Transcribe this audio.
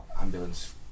ambulance